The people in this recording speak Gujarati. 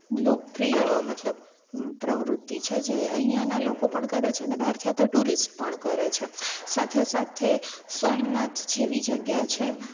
લોકપ્રિય મતલબ પ્રવૃત્તિ છે જે અહીંયાના લોકો પણ કરે છે અને બહારથી આવતા ટૂરિસ્ટ પણ કરે છે સાથે સાથે સોમનાથ જેવી જગ્યા છે